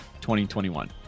2021